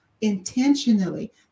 intentionally